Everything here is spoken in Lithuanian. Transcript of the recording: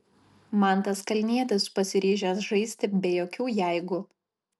mantas kalnietis pasiryžęs žaisti be jokių jeigu